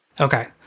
Okay